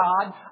God